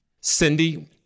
Cindy